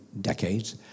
decades